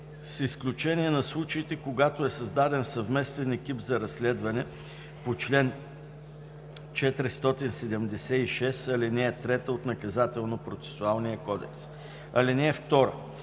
с изключение на случаите, когато е създаден съвместен екип за разследване по чл. 476, ал. 3 от Наказателно-процесуалния кодекс. (2)